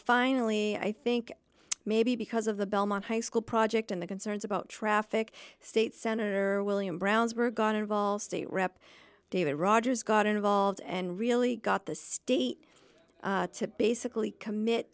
finally i think maybe because of the belmont high school project and the concerns about traffic state senator william brownsburg on involved state rep david rogers got involved and really got the state to basically commit